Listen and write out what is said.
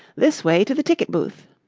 this way to the ticket booth.